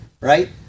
right